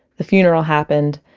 the funeral happened,